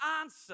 answer